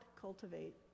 cultivate